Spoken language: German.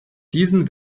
diesen